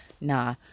Nah